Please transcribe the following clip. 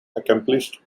accomplished